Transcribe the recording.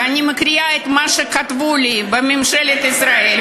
ואני מקריאה את מה שכתבו לי בממשלת ישראל.